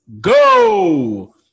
go